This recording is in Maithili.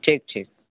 ठीक छै